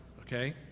Okay